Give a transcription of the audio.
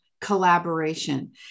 collaboration